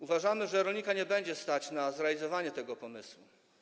Uważamy, że rolnika nie będzie stać na zrealizowanie tego pomysłu.